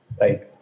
Right